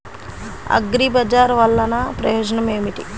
అగ్రిబజార్ వల్లన ప్రయోజనం ఏమిటీ?